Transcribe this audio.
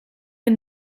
een